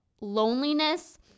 loneliness